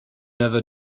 never